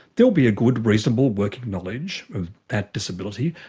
there will be a good reasonable working knowledge of that disability,